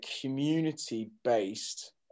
community-based